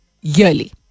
yearly